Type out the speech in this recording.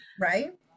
Right